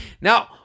now